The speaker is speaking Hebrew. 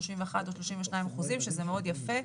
כבר 31% או 32%, שזה מאוד יפה.